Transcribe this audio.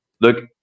look